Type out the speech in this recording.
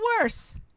worse